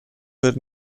per